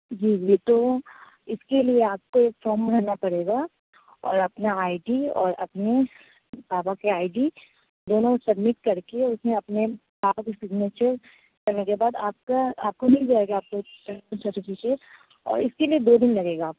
جی جی تو اس کے لیے آپ کو ایک فارم بھرنا پڑے گا اور اپنا آئی ڈی اور اپنے پاپا کی آئی ڈی دونوں سبمٹ کر کے اس میں اپنے پاپا کی سیگنیچر کرنے کے بعد آپ کا آپ کو مل جائے گا سرٹیفکیٹ اور اس کے لیے دو دن لگے گا آپ